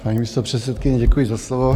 Paní místopředsedkyně, děkuji za slovo.